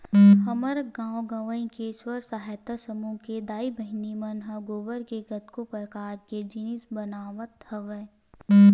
हमर गाँव गंवई के स्व सहायता समूह के दाई बहिनी मन ह गोबर ले कतको परकार के जिनिस बनावत हवय